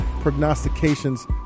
prognostications